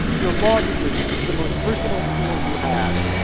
your law degree is the most versatile tool you have.